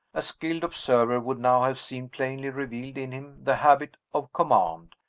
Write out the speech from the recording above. a skilled observer would now have seen plainly revealed in him the habit of command,